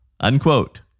unquote